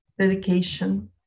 dedication